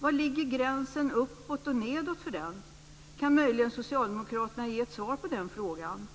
Var ligger gränsen för den uppåt och nedåt? Kan möjligen socialdemokraterna ge ett svar på den frågan?